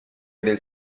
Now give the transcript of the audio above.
del